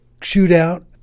shootout